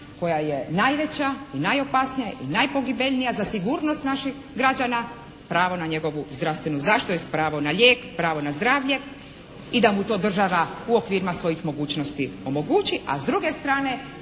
koja je najveća i najopasnija i najpogibeljnija za sigurnost naših građana, pravo na njegovu zdravstvenu zaštitu, tj. pravo na lijek, pravo na zdravlje i da mu to država u okvirima svojih mogućnosti omogući. A s druge strane